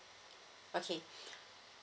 okay